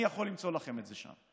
אני יכול למצוא לכם את זה שם,